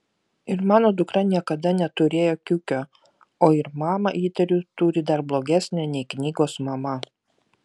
ir mano dukra niekada neturėjo kiukio o ir mamą įtariu turi dar blogesnę nei knygos mama